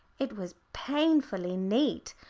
it was painfully neat,